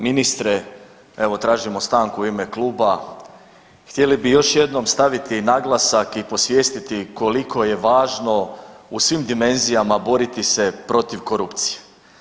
Ministre evo tražimo stanku u ime kluba, htjeli bi još jednom staviti naglasak i posvjestiti koliko je važno u svim dimenzijama boriti se protiv korupcije.